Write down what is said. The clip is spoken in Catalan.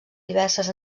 diverses